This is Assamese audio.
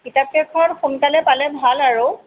কিতাপকেইখন সোনকালে পালে ভাল আৰু